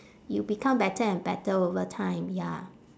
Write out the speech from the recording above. you become better and better over time ya